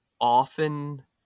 often